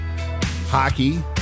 Hockey